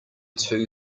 two